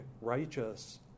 righteous